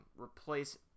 replace